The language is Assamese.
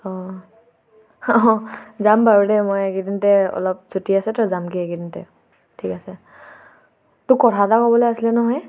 অঁ যাম বাৰু দেই মই এইকেইদিনতে অলপ ছুটি আছে তো যামগৈ এইকেইদিনতে ঠিক আছে তোক কথা এটা ক'বলৈ আছিলে নহয়